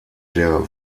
der